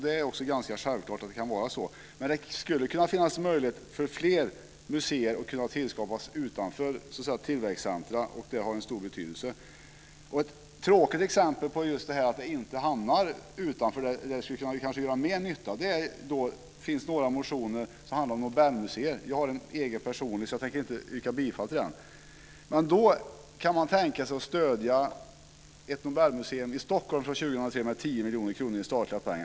Det är ganska självklart att det är så, men det borde finnas möjlighet för fler museer att tillskapas utanför tillväxtcentrum. Det har en stor betydelse. Det finns ett tråkigt exempel på just att de inte hamnar utanför tillväxtcentrum, där de kanske skulle kunna göra mer nytta. Det finns några motioner som handlar om Nobelmuseum - jag har en egen personlig, men jag tänker inte yrka bifall till den. Man kan tänka sig att stödja ett Nobelmuseum i Stockholm från 2003 med 10 miljoner kronor i statliga pengar.